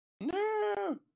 No